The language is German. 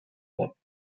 worden